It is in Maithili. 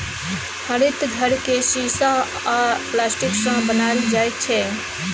हरित घर केँ शीशा आ प्लास्टिकसँ बनाएल जाइ छै